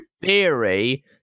theory